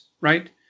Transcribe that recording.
right